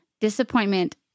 disappointment